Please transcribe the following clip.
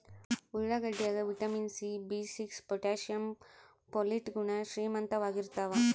ಉಳ್ಳಾಗಡ್ಡಿ ಯಾಗ vitamin C B six potassium folate ಗುಣ ಶ್ರೀಮಂತವಾಗಿರ್ತಾವ